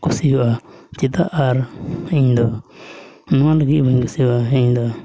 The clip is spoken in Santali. ᱠᱩᱥᱤᱣᱟᱜᱼᱟ ᱪᱮᱫᱟᱜ ᱟᱨ ᱤᱧ ᱫᱚ ᱱᱚᱣᱟ ᱞᱟᱹᱜᱤᱫ ᱵᱟᱹᱧ ᱠᱩᱥᱤᱣᱟᱜᱼᱟ ᱤᱧ ᱫᱚ